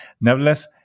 Nevertheless